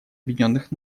объединенных